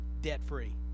debt-free